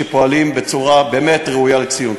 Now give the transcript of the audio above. שפועלים בצורה באמת ראויה לציון.